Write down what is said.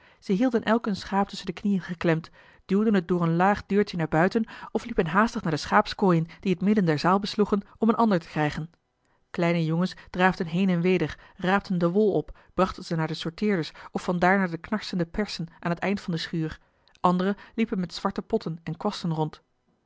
ze hielden elk een schaap tusschen de knieën geklemd duwden het door een laag deurtje naar buiten of liepen haastig naar de schaapskooien die het midden der zaal besloegen om een ander te krijgen kleine jongens draafden heen en weder raapten de wol op brachten ze naar de sorteerders of van daar naar de knarsende persen aan het eind van de schuur andere liepen met zwarte potten en kwasten rond